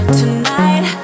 tonight